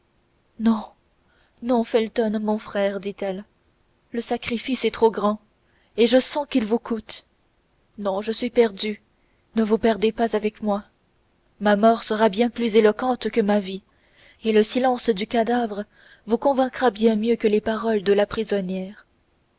convaincrez non felton non mon frère dit-elle le sacrifice est trop grand et je sens qu'il vous coûte non je suis perdue ne vous perdez pas avec moi ma mort sera bien plus éloquente que ma vie et le silence du cadavre vous convaincra bien mieux que les paroles de la prisonnière